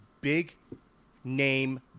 big-name